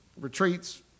retreats